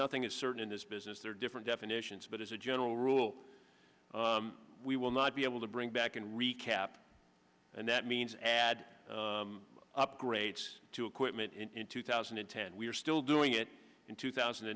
nothing is certain in this business there are different definitions but as a general rule we will not be able to bring back and recap and that means add upgrades to equipment in two thousand and ten we are still doing it in two thousand